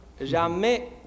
Jamais